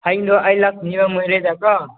ꯍꯌꯦꯡꯗꯣ ꯑꯩ ꯂꯥꯛꯀꯅꯤꯕ ꯃꯣꯔꯦꯗꯀꯣ